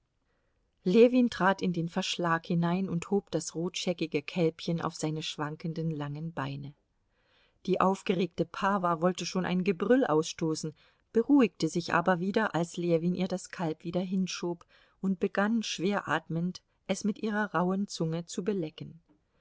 ljewin trat in den verschlag hinein und hob das rotscheckige kälbchen auf seine schwankenden langen beine die aufgeregte pawa wollte schon ein gebrüll ausstoßen beruhigte sich aber wieder als ljewin ihr das kalb wieder hinschob und begann schwer atmend es mit ihrer rauhen zunge zu belecken